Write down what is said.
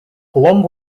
along